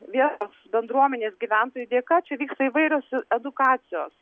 vietos bendruomenės gyventojų dėka čia vyksta įvairios edukacijos